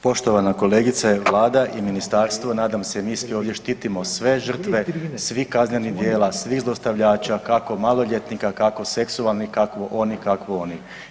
Poštovana kolegice, Vlada i ministarstvo nadam se mi svi ovdje štitimo sve žrtve, svih kaznenih djela, svih zlostavljača kako maloljetnika, kako seksualnih, kakvo ovi, kakvo onih.